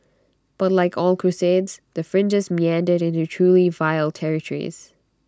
but like all crusades the fringes meandered into truly vile territories